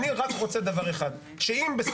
וכן רשאי הוא שלא לפרסם פרטים לפי סעיף זה שהם בגדר מידע